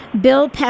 Bill